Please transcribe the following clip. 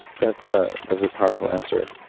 that's ah that's a powerful answer.